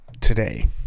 today